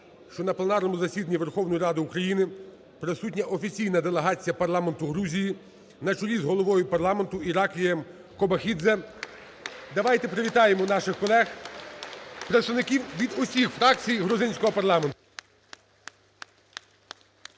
що на пленарному засіданні Верховної Ради України присутня офіційна делегація парламенту Грузії на чолі з головою парламентуАраклієм Кобахідзе. Давайте привітаємо наших колег, представників від усіх фракцій грузинського парламенту!